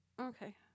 Okay